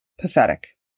Pathetic